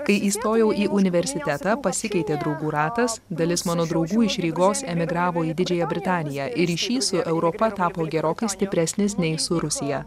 kai įstojau į universitetą pasikeitė draugų ratas dalis mano draugų iš rygos emigravo į didžiąją britaniją ir ryšys su europa tapo gerokai stipresnis nei su rusija